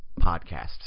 podcasts